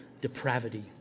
depravity